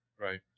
Right